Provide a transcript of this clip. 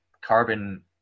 carbon